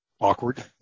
awkward